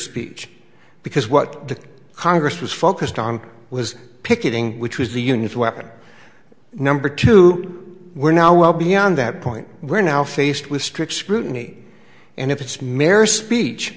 speech because what the congress was focused on was picketing which was the union's weapon number two we're now well beyond that point where now faced with strict scrutiny and if it's merits speech